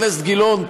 חבר הכנסת גילאון,